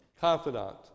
confidant